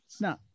no